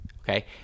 okay